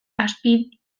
azpiidazkiei